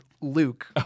Luke